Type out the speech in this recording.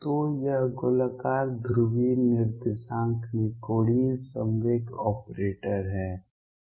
तो यह गोलाकार ध्रुवीय निर्देशांक में कोणीय संवेग ऑपरेटर है